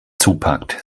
zupackt